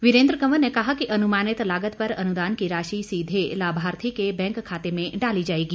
वीरेन्द्र कंवर ने कहा अनुमानित लागत पर अनुदान की राशि सीधे लाभार्थी के बैंक खाते में डाली जाएगी